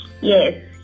Yes